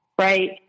right